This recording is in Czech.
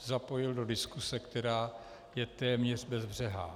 zapojil do diskuse, která je téměř bezbřehá.